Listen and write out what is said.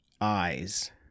eyes